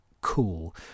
cool